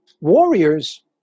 warriors